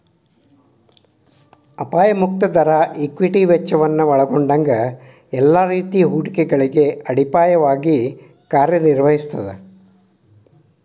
ಅಪಾಯ ಮುಕ್ತ ದರ ಈಕ್ವಿಟಿ ವೆಚ್ಚವನ್ನ ಒಲ್ಗೊಂಡಂಗ ಎಲ್ಲಾ ರೇತಿ ಹೂಡಿಕೆಗಳಿಗೆ ಅಡಿಪಾಯವಾಗಿ ಕಾರ್ಯನಿರ್ವಹಿಸ್ತದ